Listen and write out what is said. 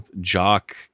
Jock